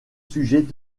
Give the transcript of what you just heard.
sujet